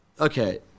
okay